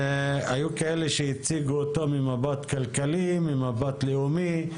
היו כאלה שהציגו אותו ממבט כלכלי, ממבט לאומי,